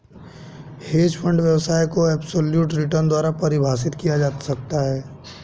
hedge fund व्यवसाय को absolute return द्वारा परिभाषित किया जा सकता है